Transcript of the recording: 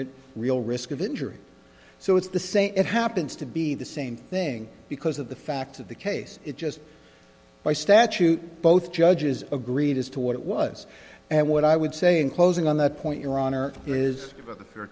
it real risk of injury so it's the same it happens to be the same thing because of the fact of the case it just by statute both judges agreed as to what it was and what i would say in closing on that point your hon